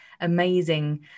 amazing